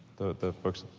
the books,